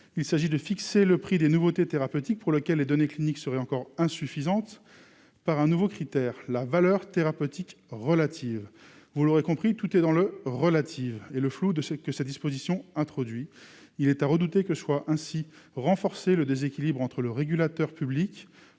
il s'agit de fixer le prix des nouveautés thérapeutiques pour lequel les données cliniques seraient encore insuffisante par un nouveau critère la valeur thérapeutique relative, vous l'aurez compris, tout est dans le relatif et le flou de ce que sa disposition introduit, il est à redouter que soit ainsi renforcer le déséquilibre entre le régulateur public